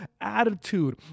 attitude